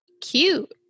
cute